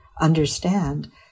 understand